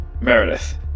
Meredith